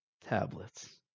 tablets